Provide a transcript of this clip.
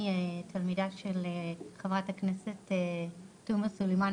אני תלמידה של חברת הכנסת תומא סולימאן,